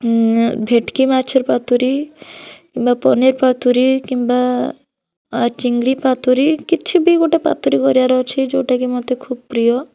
ଇମମ ଭେକଟି ମାଛର ପାତୁରୀ କିମ୍ବା ପନିର ପାତୁରୀ କିମ୍ବା ଚିଙ୍ଗୁଡ଼ି ପାତୁରୀ କିଛି ବି ଗୋଟେ ପାତୁରୀ କରିବାର ଅଛି ଯେଉଁଟାକି ମୋତେ ଖୁବ୍ ପ୍ରିୟ